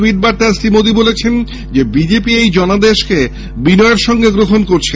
tweet বার্তায় শ্রী মোদী বলেছেন BJP এই জনাদেশকে বিনয়ের সঙ্গে গ্রহণ করছে